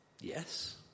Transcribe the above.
Yes